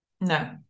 No